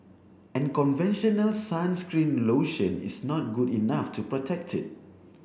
and conventional sunscreen lotion is not good enough to protect it